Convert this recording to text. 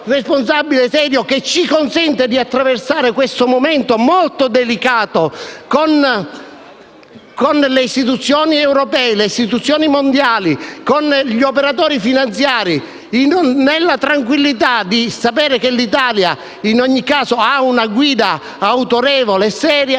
che ci consente di attraversare questo momento molto delicato con le istituzioni europee, con le istituzioni mondiali, con gli operatori finanziari, nella tranquillità di sapere che l'Italia, in ogni caso, ha una guida autorevole e seria,